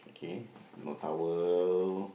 okay no towel